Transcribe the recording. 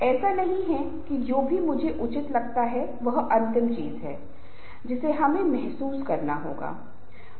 लेकिन किसी भी तरह जब संख्या बढ़ जाती है तो यह सब एक कठिन कहानी अलग कहानी हो सकती है